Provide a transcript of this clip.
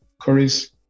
Curry's